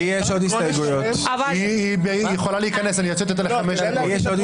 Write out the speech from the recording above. היא יכולה להיכנס, הוצאתי אותה לחמש דקות.